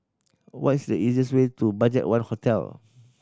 what is the easiest way to BudgetOne Hotel